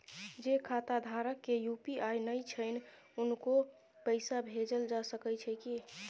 जे खाता धारक के यु.पी.आई नय छैन हुनको पैसा भेजल जा सकै छी कि?